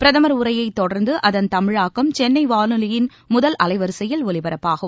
பிரதமர் உரையை தொடர்ந்து அதன் தமிழாக்கம் சென்னை வானொலியின் முதல் அலைவரிசையில் ஒலிபரப்பாகும்